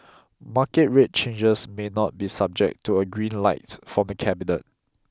market rate changes may not be subject to a green light for cabinet